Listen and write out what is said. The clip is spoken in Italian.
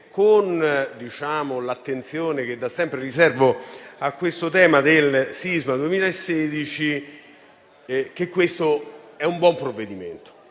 con l'attenzione che da sempre riservo al tema del sisma 2016, che questo è un buon provvedimento.